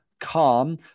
calm